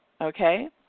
okay